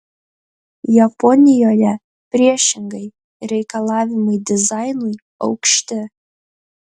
japonijoje priešingai reikalavimai dizainui aukšti